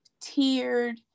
tiered